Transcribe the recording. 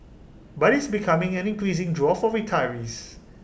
but is becoming an increasing draw for retirees